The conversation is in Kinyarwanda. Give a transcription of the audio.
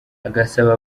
agasaba